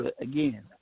again